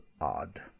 odd